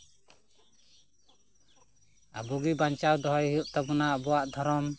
ᱟᱵᱚᱜᱮ ᱵᱟᱧᱪᱟᱣ ᱦᱩᱭᱩᱜ ᱛᱟᱵᱚᱱᱟ ᱟᱵᱚᱣᱟᱜ ᱫᱷᱚᱨᱚᱢ